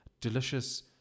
delicious